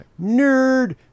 Nerd